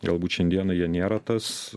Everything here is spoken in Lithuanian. galbūt šiandieną jie nėra tas